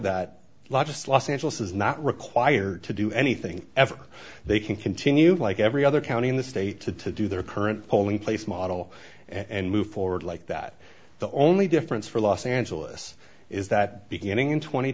that law just los angeles is not required to do anything ever they can continue like every other county in the state to to do their current polling place model and move forward like that the only difference for los angeles is that beginning in tw